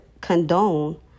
condone